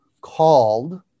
called